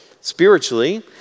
spiritually